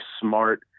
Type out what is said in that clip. smart